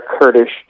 Kurdish